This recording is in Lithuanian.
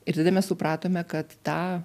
ir tada mes supratome kad tą